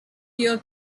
deer